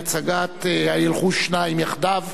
ההצגה "הילכו שניים יחדיו"